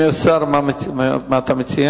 מה מציע